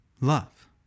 love